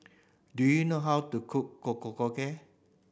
do you know how to cook